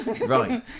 Right